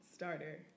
Starter